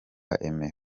aime